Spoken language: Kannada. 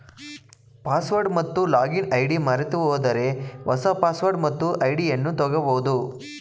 ಪಾಸ್ವರ್ಡ್ ಮತ್ತು ಲಾಗಿನ್ ಐ.ಡಿ ಮರೆತುಹೋದರೆ ಹೊಸ ಪಾಸ್ವರ್ಡ್ ಮತ್ತು ಐಡಿಯನ್ನು ತಗೋಬೋದು